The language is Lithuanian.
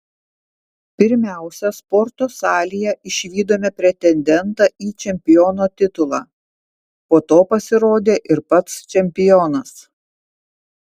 pirmiausia sporto salėje išvydome pretendentą į čempiono titulą po to pasirodė ir pats čempionas